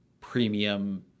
premium